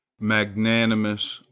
magnanimous,